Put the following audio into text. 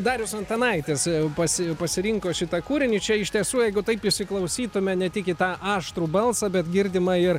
darius antanaitis pas pasirinko šitą kūrinį čia iš tiesų jeigu taip įsiklausytume ne tik į tą aštrų balsą bet girdimą ir